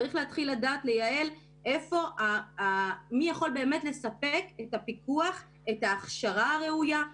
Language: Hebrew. צריך להתחיל לדעת לייעל מי יכול באמת לספק את הפיקוח ואת ההכשרה הראויה.